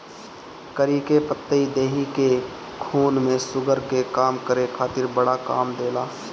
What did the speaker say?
करी के पतइ देहि के खून में शुगर के कम करे खातिर बड़ा काम देला